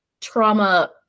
trauma